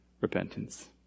repentance